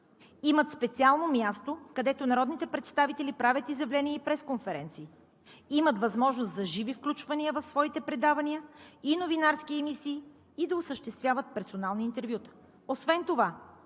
Имат специално място, където народните представители правят изявления и пресконференции. Имат възможност за живи включвания в своите предавания – и новинарски емисии, и да осъществяват персонални интервюта. Освен това